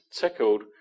tickled